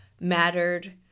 mattered